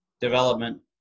development